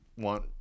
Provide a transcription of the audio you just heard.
want